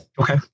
Okay